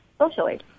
socially